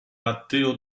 matteo